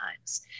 times